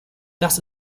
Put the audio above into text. das